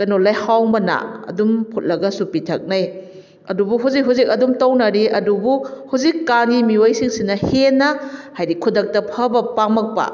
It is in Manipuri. ꯀꯩꯅꯣ ꯂꯩꯍꯥꯎ ꯃꯅꯥ ꯑꯗꯨꯝ ꯐꯨꯠꯂꯒꯁꯨ ꯄꯤꯊꯛꯅꯩ ꯑꯗꯨꯕꯨ ꯍꯧꯖꯤꯛ ꯍꯧꯖꯤꯛ ꯑꯗꯨꯝ ꯇꯧꯅꯔꯤ ꯑꯗꯨꯕꯨ ꯍꯧꯖꯤꯛ ꯀꯥꯟꯒꯤ ꯃꯤꯑꯣꯏꯁꯤꯡꯁꯤꯅ ꯍꯦꯟꯅ ꯍꯥꯏꯗꯤ ꯈꯨꯗꯛꯇ ꯐꯕ ꯄꯥꯝꯂꯛꯄ